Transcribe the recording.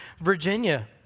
Virginia